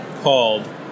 called